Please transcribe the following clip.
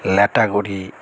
Lataguri